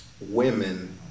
women